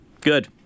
Good